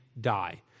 die